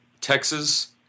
Texas